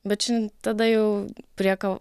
bet čia tada jau prie kav